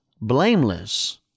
blameless